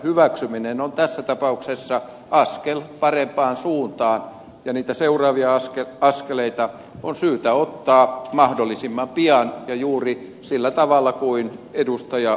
hyväksyminen on tässä tapauksessa askel parempaan suuntaan ja niitä seuraavia askeleita on syytä ottaa mahdollisimman pian ja juuri sillä tavalla kuin ed